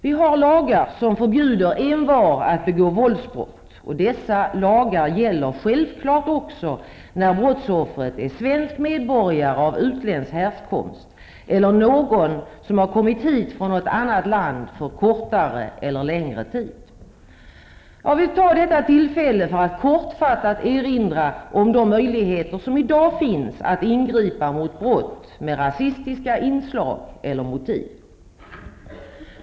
Vi har lagar som förbjuder envar att begå våldsbrott, och dessa lagar gäller självklart också när brottsoffret är en svensk medborgare av utländsk härkomst eller någon som har kommit hit från något annat land för kortare eller längre tid. Jag vill ta detta tillfälle för att kortfattat erinra om de möjligheter som i dag finns att ingripa mot brott med rasistiska inslag eller motiv.